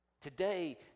Today